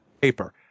paper